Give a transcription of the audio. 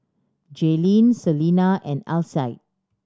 Jaelynn Selina and Alcide